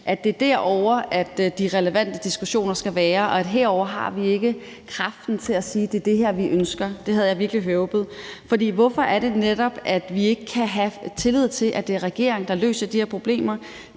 at det er derovre, at de relevante diskussioner skal være. Herudover har vi ikke kraften til at sige, at det er det her, vi ønsker. Det havde jeg virkelig håbet. For hvorfor er det netop, at vi ikke kan have tillid til, at det er regeringen, der løser de her problemer?